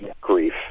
grief